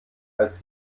als